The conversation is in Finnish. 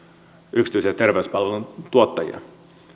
yksityisiä terveyspalvelujen tuottajia